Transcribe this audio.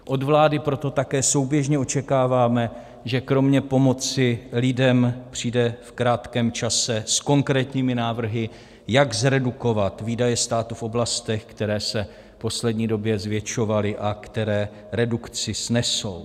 Od vlády proto také souběžně očekáváme, že kromě pomoci lidem přijde v krátkém čase s konkrétními návrhy, jak zredukovat výdaje státu v oblastech, které se v poslední době zvětšovaly a které redukci snesou.